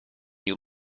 you